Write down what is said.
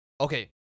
Okay